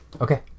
Okay